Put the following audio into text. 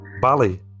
Bali